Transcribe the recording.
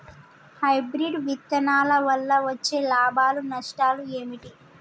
Hybrid విత్తనాల వల్ల వచ్చే లాభాలు నష్టాలు ఏమిటి?